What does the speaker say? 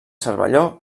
cervelló